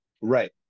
right